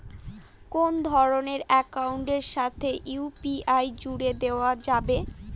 কোন ধরণের অ্যাকাউন্টের সাথে ইউ.পি.আই জুড়ে দেওয়া যাবে?